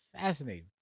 fascinating